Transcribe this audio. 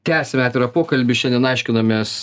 tęsiame atvirą pokalbį šiandien aiškinamės